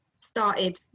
started